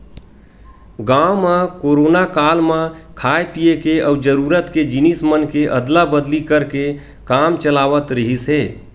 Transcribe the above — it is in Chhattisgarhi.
गाँव म कोरोना काल म खाय पिए के अउ जरूरत के जिनिस मन के अदला बदली करके काम चलावत रिहिस हे